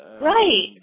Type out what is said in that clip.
Right